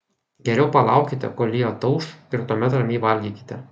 geriau palaukite kol ji atauš ir tuomet ramiai valgykite